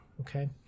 Okay